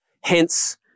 Hence